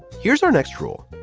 here's our next rule.